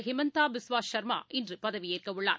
Himanta Biswa Sarma இன்றுபதவியேற்கவுள்ளார்